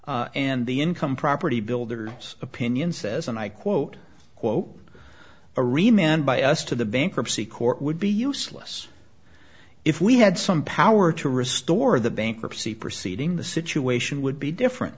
and the income property builders opinion says and i quote quote a re manned by us to the bankruptcy court would be useless if we had some power to restore the bankruptcy proceeding the situation would be different